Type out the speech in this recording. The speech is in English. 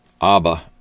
Abba